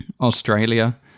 Australia